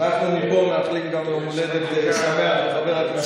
אז אנחנו מפה מאחלים גם יום הולדת שמח לחבר הכנסת פינדרוס.